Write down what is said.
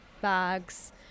bags